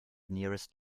nearest